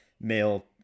male